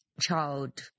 child